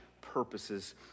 purposes